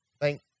Thank